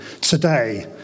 Today